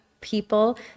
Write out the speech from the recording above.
people